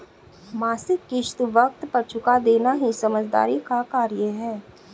मासिक किश्त वक़्त पर चूका देना ही समझदारी का कार्य है